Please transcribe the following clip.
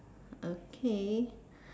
okay